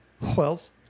Wells